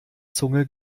zunge